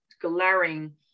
glaring